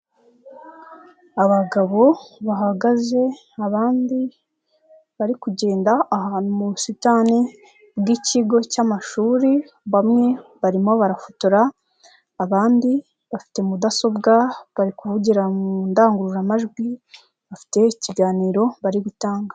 Abagabo bahagaze, abandi bari kugenda, ahantu mu busitani bw'ikigo cy'amashuri, bamwe barimo barafotora, abandi bafite mudasobwa, bari kuvugira mu ndangururamajwi, bafite ikiganiro bari gutanga.